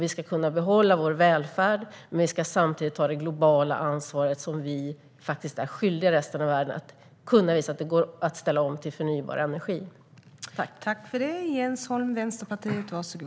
Vi ska kunna behålla vår välfärd, men vi ska samtidigt ta det globala ansvar som vi faktiskt är skyldiga resten av världen för att visa att det går att ställa om till förnybar energi.